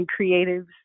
creatives